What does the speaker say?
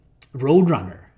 Roadrunner